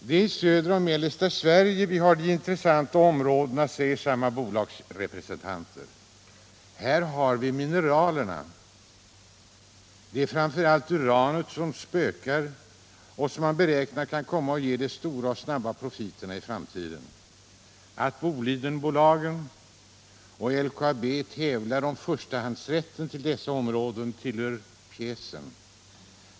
Det är i södra och mellersta Sverige vi har de intressanta områdena, säger samma bolagsrepresentanter — här har vi mineralerna. Det är framför allt uranet som spökar och som man beräknar kan komma att ge de stora och snabba profiterna. Att Bolidenbolaget och LKAB tävlar om förstahandsrätten till dessa områden tillhör pjäsen.